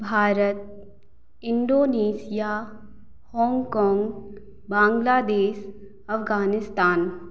Bharat Indonesia Hong काँग बांग्लादेश अफ़ग़ानिस्तान